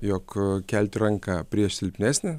jog kelti ranką prieš silpnesnį